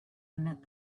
met